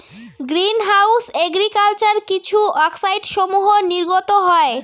green house agriculture কিছু অক্সাইডসমূহ নির্গত হয়